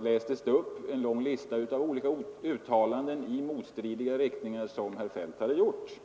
lästes det upp en lång lista av olika uttalanden i motstridiga riktningar som herr Feldt hade gjort.